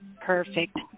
Perfect